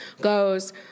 goes